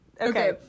okay